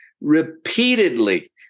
repeatedly